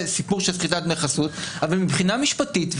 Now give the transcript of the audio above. סיפור של סחיטת דמי חסות אבל מבחינתה משפטית,